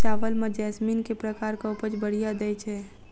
चावल म जैसमिन केँ प्रकार कऽ उपज बढ़िया दैय छै?